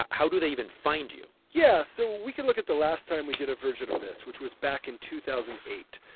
how do they even find you? yeah. so we can look at the last time we did a version of this, which was back in two thousand and eight.